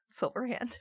Silverhand